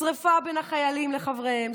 שרפה בין החיילים לחבריהם,